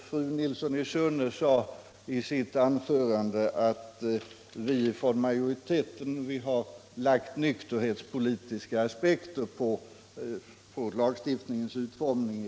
Fru Nilsson i Sunne sade i sitt anförande att vi från majoriteten lagt nykterhetspolitiska aspekter på lagstiftningens utformning.